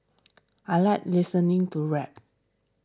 I like listening to rap